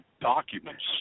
documents